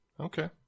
Okay